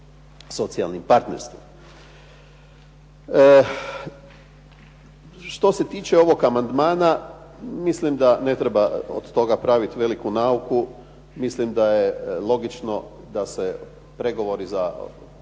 socijalnim partnerstvom. Što se tiče ovog amandmana mislim da ne treba od toga praviti veliku nauku. Mislim da je logično da se pregovori za